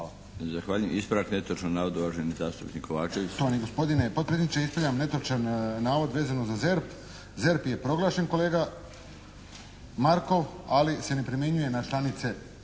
Zahvaljujem. Ispravak netočnog navoda, uvaženi zastupnik Kovačević. **Kovačević, Pero (HSP)** Štovani gospodine potpredsjedniče, ispravljam netočan navod vezano za ZERP. ZERP je proglašen kolega Markov, ali se ne primjenjuje na članice